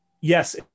yes